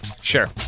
Sure